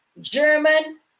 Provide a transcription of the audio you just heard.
German